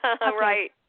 Right